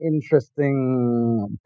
interesting